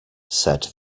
said